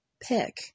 pick